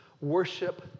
worship